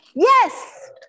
Yes